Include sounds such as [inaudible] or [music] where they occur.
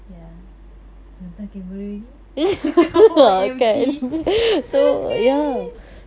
ya entah entah camera ni [laughs] O_M_G so scary